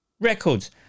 Records